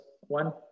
one